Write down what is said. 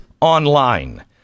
online